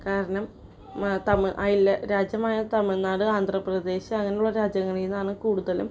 കാരണം മാ തമ് അയൽ രാജ്യമായ തമിഴ്നാട് ആന്ധ്രാപ്രദേശ് അങ്ങനെയുള്ളവർ രാജ്യങ്ങളിൽ നിന്നാണ് കൂടുതലും